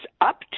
up